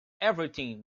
everything